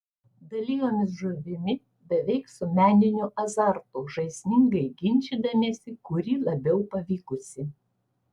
dalijomės žuvimi beveik su meniniu azartu žaismingai ginčydamiesi kuri labiau pavykusi